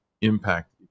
impact